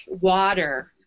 water